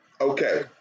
Okay